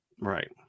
Right